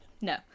no